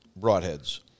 broadheads